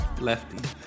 lefty